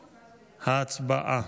הצבעה.